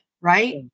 right